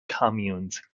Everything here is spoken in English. communes